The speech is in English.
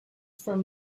from